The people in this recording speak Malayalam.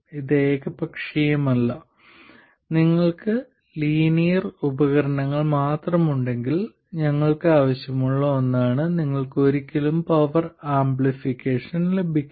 ഇത് ഏകപക്ഷീയമല്ല നിങ്ങൾക്ക് ലീനിയർ ഉപകരണങ്ങൾ മാത്രമുണ്ടെങ്കിൽ ഞങ്ങൾക്ക് ആവശ്യമുള്ള ഒന്നാണ് നിങ്ങൾക്ക് ഒരിക്കലും പവർ ആംപ്ലിഫിക്കേഷൻ ലഭിക്കില്ല